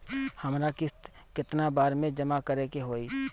हमरा किस्त केतना बार में जमा करे के होई?